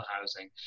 housing